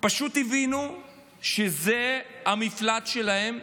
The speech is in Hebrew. פשוט הבינו שזה המפלט שלהם,